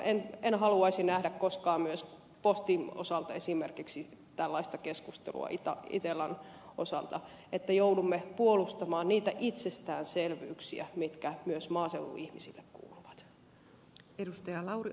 en haluaisi nähdä koskaan myöskään esimerkiksi itellan osalta tällaista keskustelua että joudumme puolustamaan niitä itsestäänselvyyksiä mitkä myös maaseudun ihmisille kuuluvat